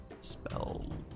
Spell